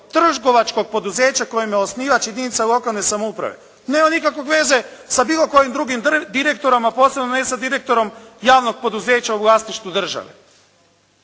trgovačkog poduzeća kojem je osnivač jedinica lokalne samouprave nema nikakve veze sa bilo kojim drugim direktorom, a posebno ne sa direktorom javnog poduzeća u vlasništvu države,